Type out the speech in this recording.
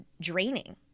draining